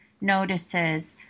notices